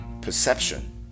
Perception